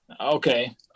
Okay